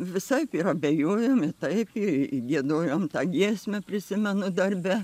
visaip ir abejojom ir taip ir giedojom tą giesmę prisimenu darbe